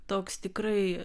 toks tikrai